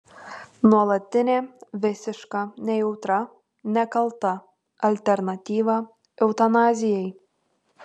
nuolatinė visiška nejautra nekalta alternatyva eutanazijai